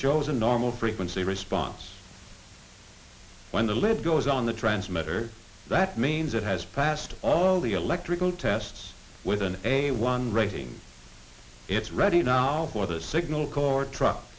shows a normal frequency response when the lid goes on the transmitter that means it has passed all the electrical tests with an a one rating it's ready now for the signal corps truck